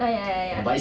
uh ya ya ya